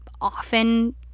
often